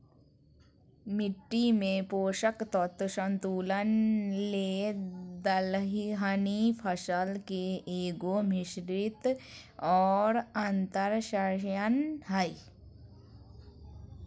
मिट्टी में पोषक तत्व संतुलन ले दलहनी फसल के एगो, मिश्रित और अन्तर्शस्ययन हइ